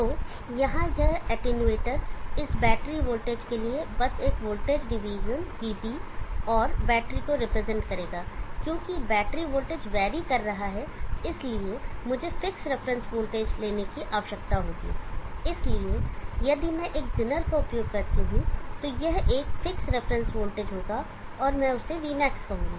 तो यहाँ यह एटेन्यूएटर इस बैटरी वोल्टेज के लिए बस एक वोल्टेज डिवीजन vB और बैटरी को रिप्रेजेंट करेगा क्योंकि बैटरी वोल्टेज वेरी कर रहा है इसलिए मुझे फिक्स रेफरेंस वोल्टेज लेने की आवश्यकता होगी इसलिए यदि मैं एक जेनर का उपयोग करता हूं तो यह एक फिक्स रेफरेंस वोल्टेज होगा और मैं उसे vmax कहूँगा